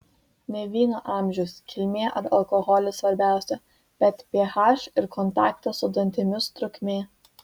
ne vyno amžius kilmė ar alkoholis svarbiausia bet ph ir kontakto su dantimis trukmė